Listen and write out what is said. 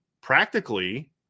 practically